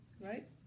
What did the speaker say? right